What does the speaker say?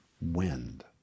wind